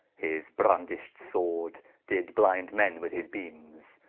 his brandisht sword did blinde men with his beames,